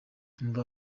umva